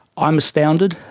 i'm astounded.